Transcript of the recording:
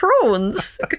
prawns